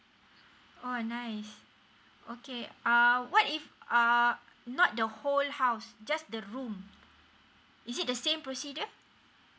oh nice okay uh what if uh not the whole house just the room is it the same procedure